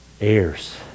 Heirs